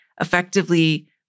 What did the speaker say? effectively